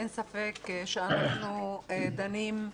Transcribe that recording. אין ספק שאנחנו דנים,